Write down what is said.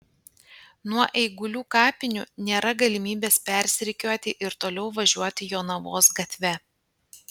nuo eigulių kapinių nėra galimybės persirikiuoti ir toliau važiuoti jonavos gatve